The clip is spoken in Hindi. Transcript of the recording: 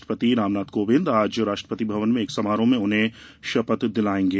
राष्ट्रपति रामनाथ कोविंद आज राष्ट्रपति भवन में एक समारोह में उन्हें शपथ दिलाएंगे